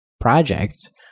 projects